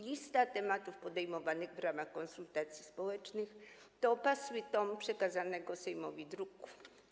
Lista tematów podejmowanych w ramach konsultacji społecznych to opasły tom przekazanego Sejmowi druku.